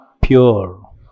Pure